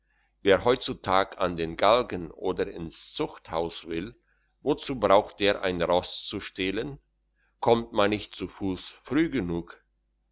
wer heutzutag an den galgen oder ins zuchthaus will wozu braucht der ein ross zu stehlen kommt man nicht zu fuss früh genug